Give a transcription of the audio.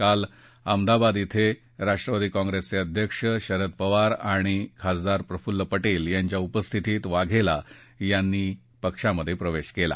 काल अहमदाबाद क्रं राष्ट्रवादी काँप्रेसचे अध्यक्ष शरद पवार आणि खासदार प्रफुल्ल पटेल यांच्या उपस्थितीत वाघेला यांनी पक्षात प्रवेश केला